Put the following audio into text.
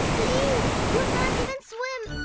please! you can't even swim.